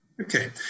Okay